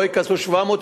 לא ייכנסו 700,